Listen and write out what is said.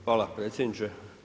Hvala predsjedniče.